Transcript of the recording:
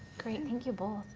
great, thank you both.